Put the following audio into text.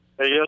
yes